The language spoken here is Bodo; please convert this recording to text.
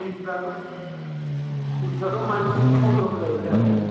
फिस फ्राथ' फिस फ्राथ' मान्टलि पन्द्रस' जयैबाय आब'